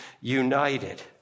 united